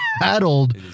paddled